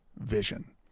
vision